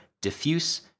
diffuse